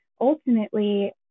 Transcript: ultimately